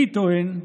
אני טוען,